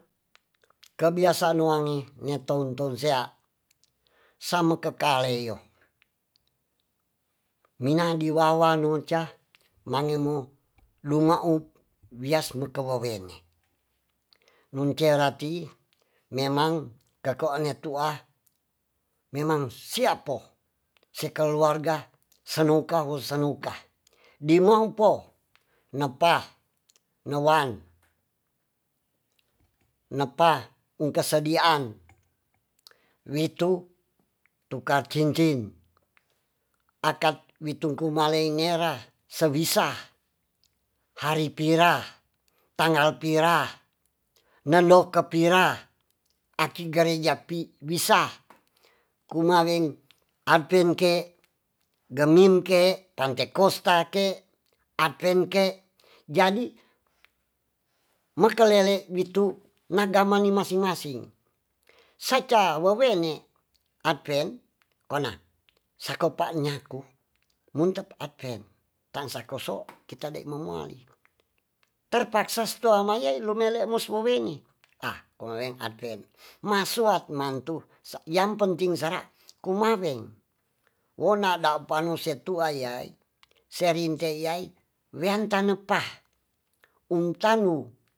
Kebiasaan nuange neton tonsea samakekaleio mina di wawalunca mangemo lungaup wias mekawawene luncerati memang kakoan neatua memang siapo sekeluarga seluka wo seluka dimompo nepah newan nepah umpesediaan witu tukar cincin akadw witungkumalingera sewisa haripira tanggal pira nendou kepira aki gereja pi bisa kumaweng apinke gemim ke, pante kosta kek, apeng kek. Jadi mekelele' bitu na'gamangni masing-masing saca wawene apen ona skaopaena sakopaen nyaku muntep advent tansakoso kitade momoali terpaksa sitoamaya lumele musmowengi ah komaweng advent masuat mantu yang penting sara' kumaweng wona' da panusep tuaya se rinte' yayi weantanepah untalu.